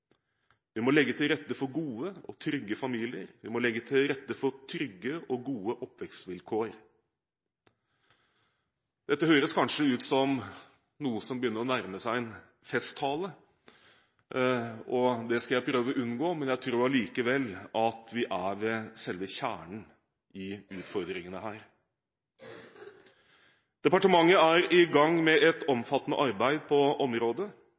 Vi må legge til rette for gode og trygge familier. Vi må legge til rette for trygge og gode oppvekstvilkår. Dette høres kanskje ut som noe som begynner å nærme seg en festtale, og det skal jeg prøve å unngå, men jeg tror allikevel at vi her er ved selve kjernen i utfordringene. Departementet er i gang med et omfattende arbeid på området.